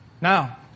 Now